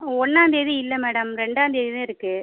ஒன்னாம் தேதி இல்லை மேடம் ரெண்டாம் தேதி தான் இருக்கு